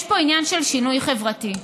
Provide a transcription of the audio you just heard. יש פה עניין של שינוי חברתי,